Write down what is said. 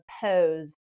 pose